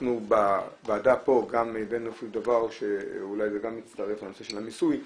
בעבודה פה גם הבאנו את הנושא של המיסוי,